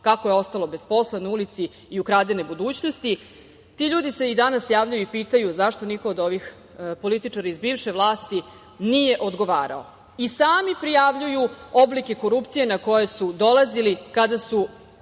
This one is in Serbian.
kako je ostalo bez posla, na ulici i ukradene budućnosti. Ti ljudi se i danas javljaju i pitaju zašto niko od ovih političara iz bivše vlasti nije odgovarao. I sami prijavljuju oblike korupcije na koje su dolazili kada su